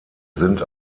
sind